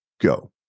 go